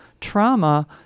trauma